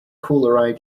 caller